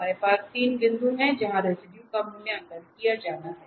हमारे पास तीन बिंदु हैं जहां रेसिडुए का मूल्यांकन किया जाना है